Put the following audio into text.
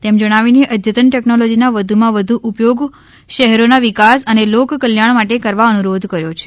તેમ જણાવીને અદ્યતન ટેકનોલોજીનો વધુમાં વધુ ઉપયોગ શહેરોના વિકાસ અને લોક કલ્યાણ માટે કરવા અનુરોધ કર્યો છે